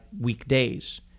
weekdays